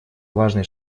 важный